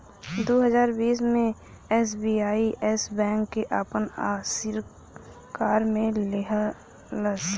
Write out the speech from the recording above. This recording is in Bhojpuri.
दू हज़ार बीस मे एस.बी.आई येस बैंक के आपन अशिकार मे ले लेहलस